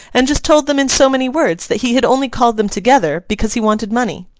and just told them in so many words that he had only called them together because he wanted money.